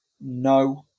no